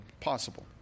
Possible